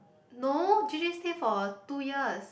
no J_j stay for two years